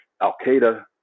Al-Qaeda